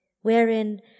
Wherein